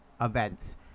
events